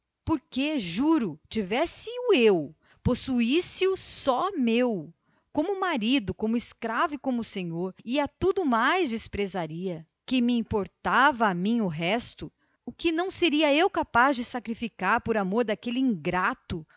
porque juro tivesse o eu possuísse o só meu como marido como escravo como senhor a tudo mais desprezaria juro que desprezaria que me importava lá o resto e o que eu não seria capaz de fazer por aquele ingrato